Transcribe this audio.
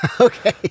Okay